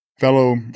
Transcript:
Fellow